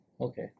Okay